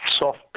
Soft